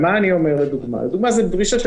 זו דרישה,